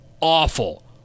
awful